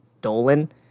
Dolan